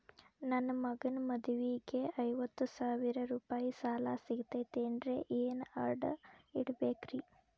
ನನ್ನ ಮಗನ ಮದುವಿಗೆ ಐವತ್ತು ಸಾವಿರ ರೂಪಾಯಿ ಸಾಲ ಸಿಗತೈತೇನ್ರೇ ಏನ್ ಅಡ ಇಡಬೇಕ್ರಿ?